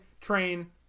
train